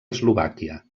eslovàquia